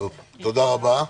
תודה רבה.